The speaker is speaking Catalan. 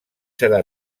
serà